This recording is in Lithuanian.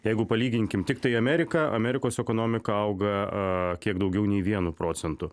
jeigu palyginkim tiktai ameriką amerikos ekonomika auga a kiek daugiau nei vienu procentu